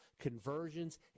conversions